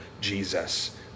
Jesus